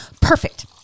perfect